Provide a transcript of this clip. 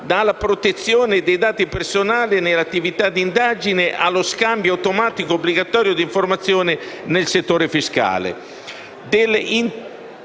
la protezione dei dati personali nelle attività di indagine o allo scambio automatico obbligatorio di informazioni nel settore fiscale.